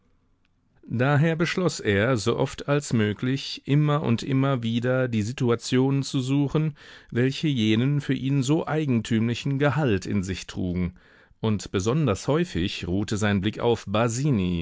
daher beschloß er so oft als möglich immer und immer wieder die situationen zu suchen welche jenen für ihn so eigentümlichen gehalt in sich trugen und besonders häufig ruhte sein blick auf